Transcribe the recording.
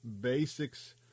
basics